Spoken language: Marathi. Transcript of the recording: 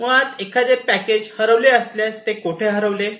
मुळात एखादे पॅकेज हरवले असल्यास ते कोठे हरवले